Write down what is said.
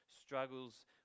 struggles